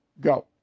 Go